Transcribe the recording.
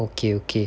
okay okay